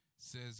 Says